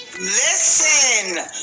listen